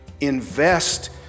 Invest